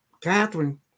Catherine